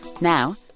Now